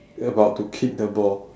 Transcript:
about to kick the ball